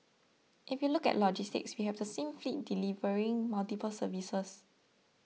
if you look at logistics we have the same fleet delivering multiple services